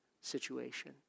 situation